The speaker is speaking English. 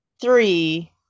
three